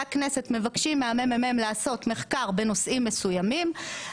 הכנסת מבקשים מהמ.מ.מ לעשות מחקר בנושאים מסוימים,